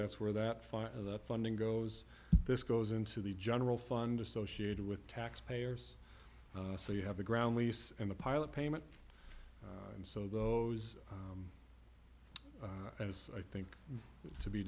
that's where that fire funding goes this goes into the general fund associated with tax payers so you have the ground lease and the pilot payment and so those as i think to be